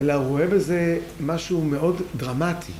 אלא הוא רואה בזה משהו מאוד דרמטי.